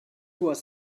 was